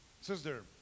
Sister